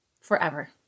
forever